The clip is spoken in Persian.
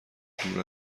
دور